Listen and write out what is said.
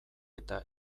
eta